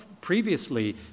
Previously